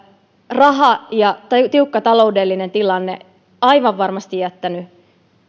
tiukka taloudellinen tilanne on aivan varmasti jättänyt